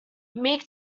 meek